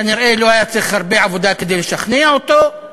כנראה לא היה צריך הרבה עבודה כדי לשכנע אותו,